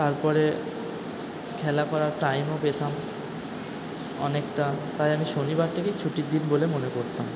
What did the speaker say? তারপরে খেলা করার টাইমও পেতাম অনেকটা তাই আমি শনিবারটাকেই ছুটির দিন বলে মনে করতাম